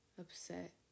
upset